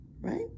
right